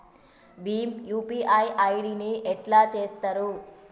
Bhim UPI ID ని ఎట్లా చేత్తరు?